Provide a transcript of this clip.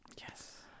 Yes